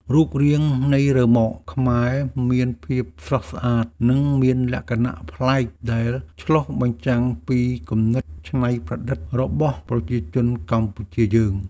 រូបរាងនៃរ៉ឺម៉កខ្មែរមានភាពស្រស់ស្អាតនិងមានលក្ខណៈប្លែកដែលឆ្លុះបញ្ចាំងពីគំនិតច្នៃប្រឌិតរបស់ប្រជាជនកម្ពុជាយើង។